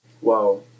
Wow